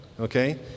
Okay